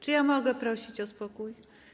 Czy ja mogę prosić o spokój?